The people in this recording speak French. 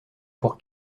pour